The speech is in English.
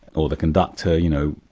or the conductor, you know,